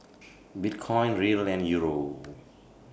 Bitcoin Riel and Euro